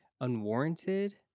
unwarranted